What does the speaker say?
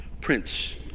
Prince